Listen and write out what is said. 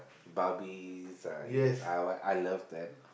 barbies yes I love that